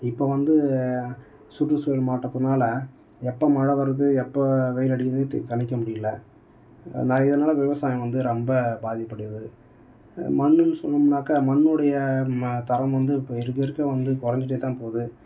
இப்போ வந்து சுற்றுச்சூழல் மாற்றத்துனால் எப்போ மழை வருது எப்போ வெயில் அடிக்குதுன்னு தெ கணிக்க முடியல நான் இதனால் விவசாயம் வந்து ரொம்ப பாதிப்படையுது மண்ணுன்னு சொன்னம்னாக்கா மண்ணுடைய ம தரம் வந்து இப்போ இருக்கற இருக்கற வந்து குறைஞ்சுக்கிட்டே தான் போகுது